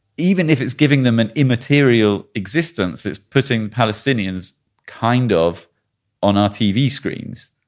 even if its giving them an immaterial existence, its putting palestinians kind of on our tv screens.